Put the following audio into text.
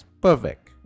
perfect